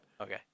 Okay